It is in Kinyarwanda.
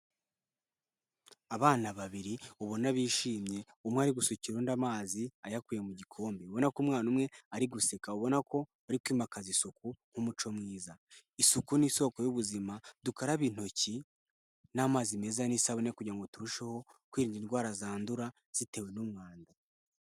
Abana babiri ubona bishimye. Umwe arigusukira undi amazi ayakuye mu gikombe. Ubona ko umwana umwe ariguseka. Ubona ko ari kwimakaza isuku nk'umuco mwiza. Isuku ni isoko y'ubuzima. Dukarabe intoki n'amazi meza n'isabune kugira ngo turusheho kwirinda indwara zandura zitewe n'umwanda.